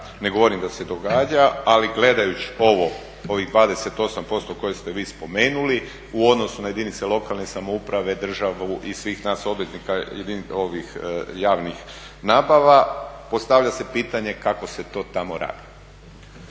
Ne govorim da se događa ali gledajući ovo, ovih 28% koje ste vi spomenuli u odnosu na jedinice lokalne samouprave, državu i svih nas obveznika javnih nabava postavlja se pitanje kako se to tamo radi.